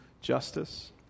justice